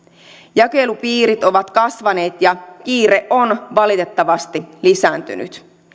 jakelupiirit ovat kasvaneet ja kiire on valitettavasti lisääntynyt